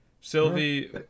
sylvie